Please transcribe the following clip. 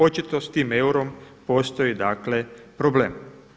Očito s tim eurom postoji problem.